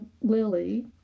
Lily